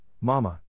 mama